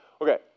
Okay